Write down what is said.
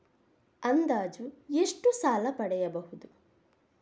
ಅಂದಾಜು ಎಷ್ಟು ಸಾಲ ಪಡೆಯಬಹುದು?